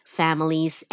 families